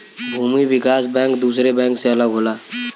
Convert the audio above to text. भूमि विकास बैंक दुसरे बैंक से अलग होला